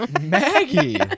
Maggie